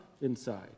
inside